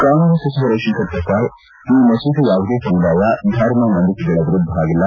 ಕಾನೂನು ಸಚಿವ ರವಿಶಂಕರ್ ಪ್ರಸಾದ್ ಈ ಮಸೂದೆ ಯಾವುದೇ ಸಮುದಾಯ ಧರ್ಮ ನಂಬಿಕೆಗಳ ವಿರುದ್ರವಾಗಿಲ್ಲ